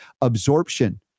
absorption